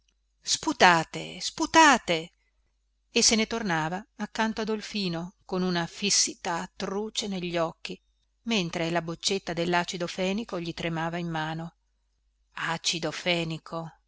sputate sputate e se ne tornava accanto a dolfino con una fissità truce negli occhi mentre la boccetta dellacido fenico gli tremava in mano acido fenico